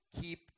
keep